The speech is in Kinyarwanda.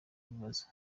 bibaza